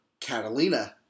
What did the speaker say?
Catalina